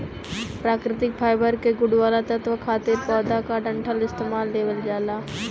प्राकृतिक फाइबर के गुण वाला तत्व खातिर पौधा क डंठल इस्तेमाल लेवल जाला